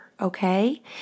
Okay